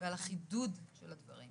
ועל החידוד של הדברים